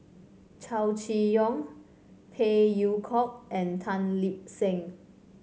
Chow Chee Yong Phey Yew Kok and Tan Lip Seng